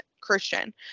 Christian